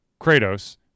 Kratos